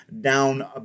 down